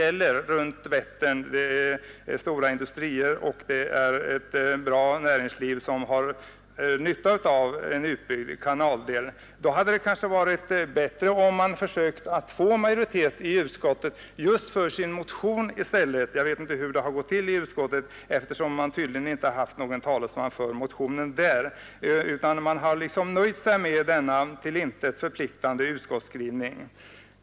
Och om motionärerna menar allvar med sin motion — det är jag övertygad om att de gör — hade det kanske varit bättre att de försökt få majoritet i utskottet för sin motion. Jag vet inte hur det har gått till i utskottet — man har tydligen inte haft någon talesman för motionen där, utan man har liksom nöjt sig med denna till intet förpliktande utskottsskrivning.